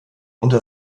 unter